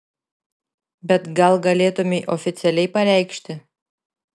bet gal galėtumei oficialiai pareikšti